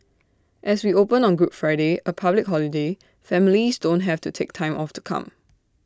as we open on good Friday A public holiday families don't have to take time off to come